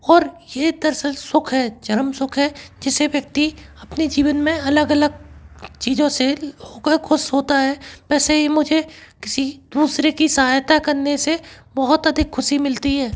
और ये दरअसल सुख है चरमसुख है जिसे व्यक्ति अपने जीवन में अलग अलग चीज़ों से हो कर ख़ुश होता है वैसे ही मुझे किसी दूसरे की सहायता करने से बहुत अधिक ख़ुशी मिलती है